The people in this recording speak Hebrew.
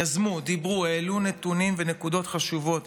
יזמו, דיברו, העלו נתונים ונקודות חשובות.